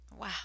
Wow